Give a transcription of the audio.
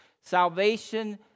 salvation